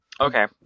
Okay